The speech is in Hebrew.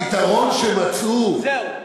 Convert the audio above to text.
שהפתרון שמצאו, זהו.